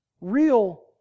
Real